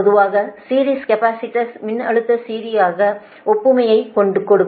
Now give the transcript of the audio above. பொதுவாக series capacitors மின்னழுத்த சீராக்கிக்கு ஒப்புமையை கொடுக்கும்